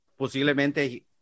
posiblemente